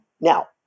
now